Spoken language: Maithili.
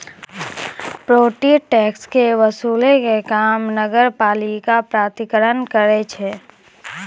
प्रोपर्टी टैक्स के वसूलै के काम नगरपालिका प्राधिकरण करै छै